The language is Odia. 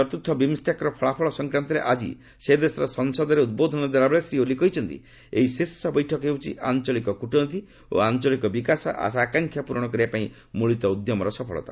ଚତୁର୍ଥ ବିମ୍ଷେକ୍ର ଫଳାଫଳ ସଂକ୍ରାନ୍ତରେ ଆଜି ସେ ଦେଶର ସଂସଦରେ ଉଦ୍ବୋଧନ ଦେଲାବେଳେ ଶ୍ରୀ ଓଲି କହିଛନ୍ତି ଏହି ଶୀର୍ଷ ବୈଠକ ହେଉଛି ଆଞ୍ଚଳିକ କ୍ୱଟନୀତି ଏବଂ ଆଞ୍ଚଳିକ ବିକାଶ ଆଶା ଆକାଂକ୍ଷା ପୂରଣ ପାଇଁ ମିଳିତ ଉଦ୍ୟମର ସଫଳତା